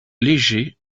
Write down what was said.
légers